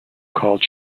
called